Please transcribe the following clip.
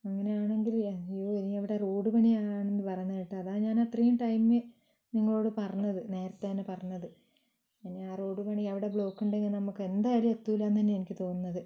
അങ്ങനെയാണെങ്കിൽ അയ്യോ ഇനിയവിടെ റോഡ് പണിയാണെന്ന് പറയുന്ന കേട്ടത് അതാണ് ഞാനത്രയും ടൈമ് നിങ്ങളോട് പറഞ്ഞത് നേരത്തേതന്നെ പറഞ്ഞത് എനി ആ റോഡ് പണി അവിടെ ബ്ലോക്കുണ്ടെങ്കിൽ നമുക്ക് എന്തായാലും എത്തില്ല എന്ന് തന്നെയാണ് എനിക്ക് തോന്നുന്നത്